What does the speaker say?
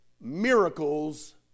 miracles